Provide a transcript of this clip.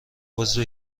عضو